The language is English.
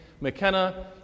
McKenna